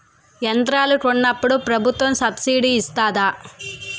యంత్రాలను కొన్నప్పుడు ప్రభుత్వం సబ్ స్సిడీ ఇస్తాధా?